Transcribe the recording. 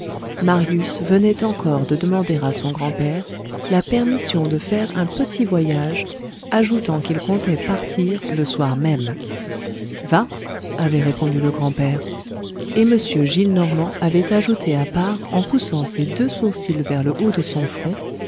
marius venait encore de demander à son grand-père la permission de faire un petit voyage ajoutant qu'il comptait partir le soir même va avait répondu le grand-père et m gillenormand avait ajouté à part en poussant ses deux sourcils vers le haut de son front